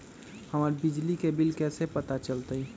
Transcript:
हमर बिजली के बिल कैसे पता चलतै?